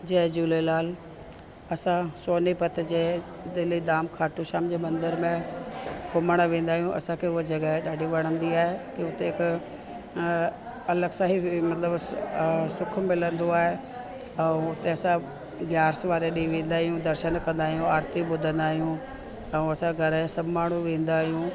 जय झूलेलाल असांजो सोनीपत जे दिल्ली धाम खाटू श्याम जो मंदर में घुमणु वेंदा आहियूं असांखे उहा जॻहि ॾाढी वणंदी आहे की हुते को अलॻि सां ई मतिलबु सुख मिलंदो आहे ऐं हुते सभु ग्यारिसि वारे ॾींहुं वेंदा आहियूं दर्शन कंदा आहियूं आरिती ॿुधंदा आहियूं ऐं असांजे घर जा सभु माण्हू वेंदा आहियूं